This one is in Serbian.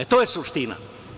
E, to je suština.